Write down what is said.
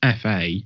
FA